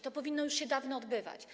To powinno już się dawno odbywać.